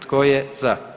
Tko je za?